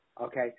okay